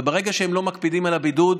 וברגע שהם לא מקפידים על הבידוד,